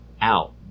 out